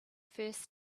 first